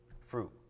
fruit